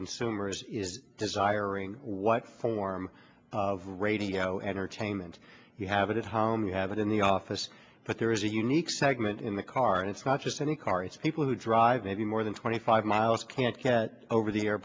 consumers is desiring what form of radio entertainment you have at home you have it in the office but there is a unique segment in the car and it's not just any car it's people who drive maybe more than twenty five miles can't get over the air